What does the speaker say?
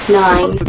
nine